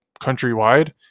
countrywide